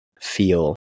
feel